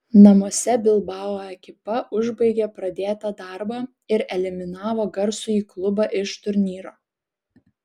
namuose bilbao ekipa užbaigė pradėtą darbą ir eliminavo garsųjį klubą iš turnyro